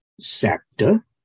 sector